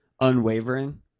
unwavering